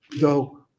Go